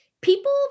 people